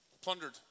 plundered